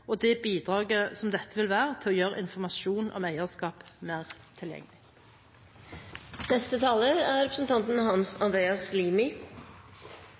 og det bidraget som dette vil være til å gjøre informasjon om eierskap mer